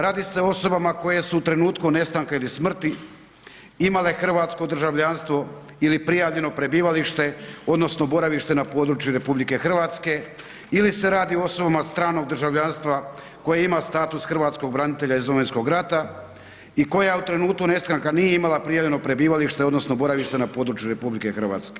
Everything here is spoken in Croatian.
Radi se o osobama koje su u trenutku nestanka ili smrti imale hrvatsko državljanstvo ili prijavljeno prebivalište odnosno boravište na području RH ili se radi o osobama stranog državljanstva koje imaju status hrvatskog branitelja iz Domovinskog rata i koja u trenutku nestanka nije imala prijavljeno prebivalište odnosno boravište na RH.